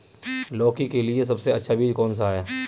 लौकी के लिए सबसे अच्छा बीज कौन सा है?